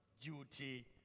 duty